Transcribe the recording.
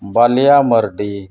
ᱵᱟᱹᱱᱤᱭᱟ Mardi